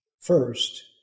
first